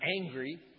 angry